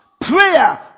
prayer